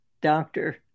doctor